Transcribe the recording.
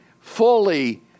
fully